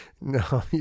No